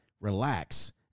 relax